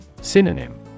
Synonym